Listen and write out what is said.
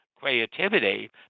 creativity